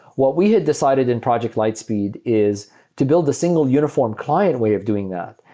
what we decided in project lightspeed is to build a single uniform client way of doing that.